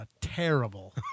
terrible